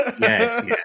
Yes